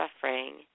suffering